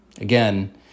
Again